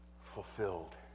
fulfilled